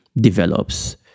develops